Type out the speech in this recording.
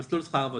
ב"מסלול שכר עבודה"